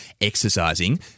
exercising